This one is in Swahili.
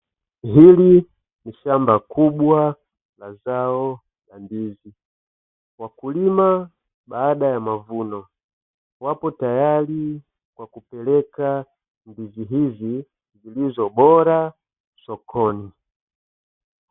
Hili ni shamba kubwa la zao la ndizi. Wakulima baada ya mavuno wapo tayari kwa kupeleka ndizi hizi zilizobora sokoni.